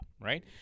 right